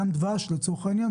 גם דבש לצורך העניין,